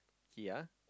ya